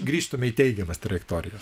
grįžtume į teigiamas trajektorijas